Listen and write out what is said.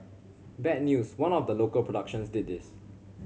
bad news one of the local productions did this